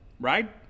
Right